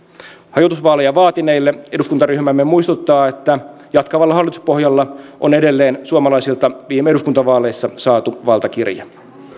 hajotusvaaleja vaatineille eduskuntaryhmämme muistuttaa että jatkavalla hallituspohjalla on edelleen suomalaisilta viime eduskuntavaaleissa saatu valtakirja